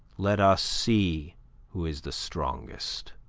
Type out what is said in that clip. let us see who is the strongest.